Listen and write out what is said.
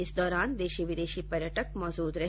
इस दौरान देशी विदेशी पर्यटक मौजूद रहे